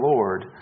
Lord